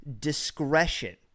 discretion